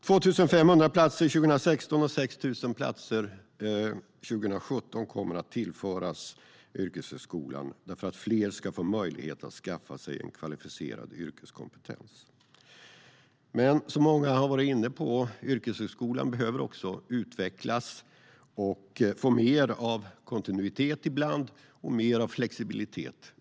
2 500 platser 2016 och 6 000 platser 2017 kommer att tillföras yrkeshögskolan. Fler ska få möjlighet att skaffa sig en kvalificerad yrkeskompetens. Men som många har varit inne på behöver yrkeshögskolan utvecklas och ibland få mer av kontinuitet, ibland mer av flexibilitet.